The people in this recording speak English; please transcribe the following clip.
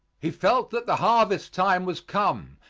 he felt that the harvest time was come,